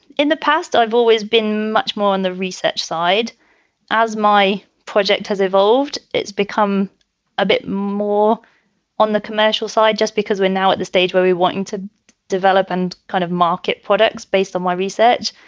in the past, i've always been much more on the research side as my project has evolved. it's become a bit more on the commercial side just because we're now at the stage where we wanted to develop and kind of market products based on my research.